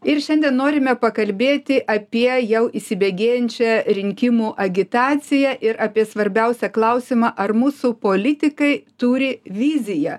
ir šiandien norime pakalbėti apie jau įsibėgėjančią rinkimų agitaciją ir apie svarbiausią klausimą ar mūsų politikai turi viziją